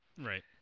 Right